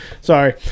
Sorry